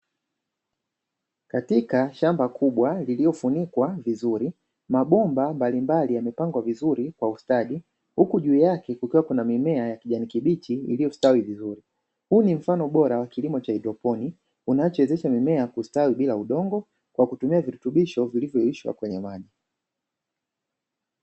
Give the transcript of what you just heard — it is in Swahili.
Katika shamba kubwa lililofunikwa vizuri, mabomba mbalimbali yamepangwa vizuri kwa ustadi huku juu yake kukiwa kuna mimea ya kijani kibichi iliyostawi vizuri. Huu ni mfano bora wa kilimo cha haidroponi unachowezesha mimea kustawi bila udongo kwa kutumia virutubisho vilivyoyeyushwa kwenye maji.